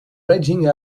raging